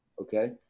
okay